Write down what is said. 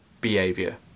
behavior